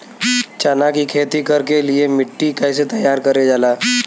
चना की खेती कर के लिए मिट्टी कैसे तैयार करें जाला?